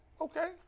okay